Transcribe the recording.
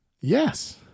Yes